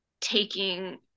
taking